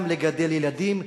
גם לגדל ילדים,